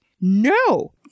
No